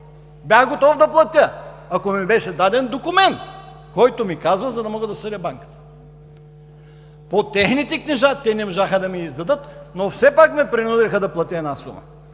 Бях готов да платя, ако ми беше даден документ, който ми казва, за да мога да съдя банката. По техните книжа те не можаха да ми издадат, но все пак ме принудиха да платя една сума.